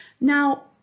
Now